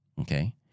okay